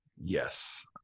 Yes